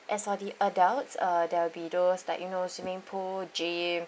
as for the adults uh there'll be those like you know swimming pool gym